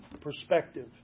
perspective